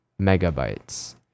megabytes